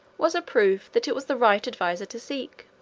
was a proof that it was the right adviser to seek.